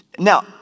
Now